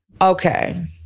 Okay